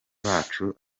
bacu